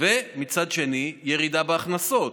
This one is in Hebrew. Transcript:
ומצד שני, ירידה בהכנסות.